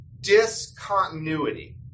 discontinuity